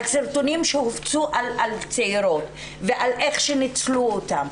על סרטונים שהופצו על צעירות ועל איך שניצלו אותן.